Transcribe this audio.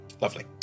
Lovely